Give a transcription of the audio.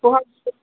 बहा थांनो